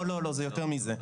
לא, זה יותר מזה.